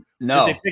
no